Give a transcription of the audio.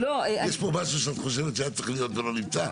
יש פה משהו שאת חושבת שהיה צריך להיות ולא נמצא?